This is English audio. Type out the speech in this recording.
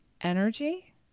energy